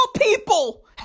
people